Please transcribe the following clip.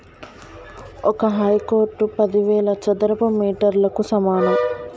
ఒక హెక్టారు పదివేల చదరపు మీటర్లకు సమానం